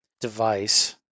device